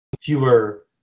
fewer